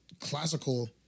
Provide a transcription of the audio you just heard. classical